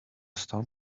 storm